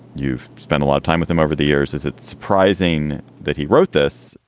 you've spent a lot of time with him over the years. is it surprising that he wrote this?